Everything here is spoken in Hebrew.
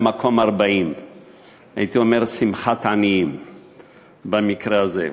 למקום 40. הייתי אומר שמחת עניים במקרה הזה.